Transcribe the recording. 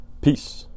peace